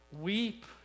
weep